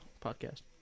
podcast